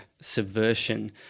subversion